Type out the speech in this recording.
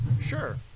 Sure